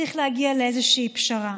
צריך להגיע לאיזושהי פשרה.